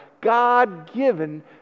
God-given